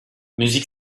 müzik